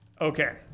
Okay